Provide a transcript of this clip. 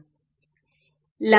okay